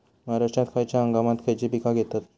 महाराष्ट्रात खयच्या हंगामांत खयची पीका घेतत?